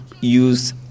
use